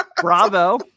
Bravo